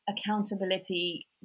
accountability